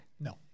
No